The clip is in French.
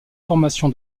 formation